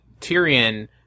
Tyrion